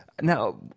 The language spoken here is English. Now